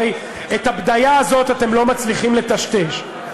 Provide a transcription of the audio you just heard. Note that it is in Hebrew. הרי את הבדיה הזאת אתם לא מצליחים לטשטש,